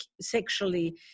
sexually